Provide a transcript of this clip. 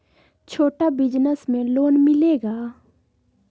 छोटा बिजनस में लोन मिलेगा?